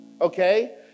okay